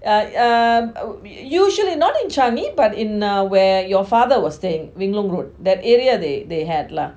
uh err usually not in changi but in uh where your father was staying wheelock road that area they they had lah